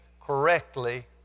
correctly